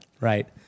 Right